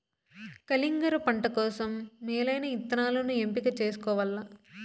కలింగర పంట కోసం మేలైన ఇత్తనాలను ఎంపిక చేసుకోవల్ల